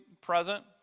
present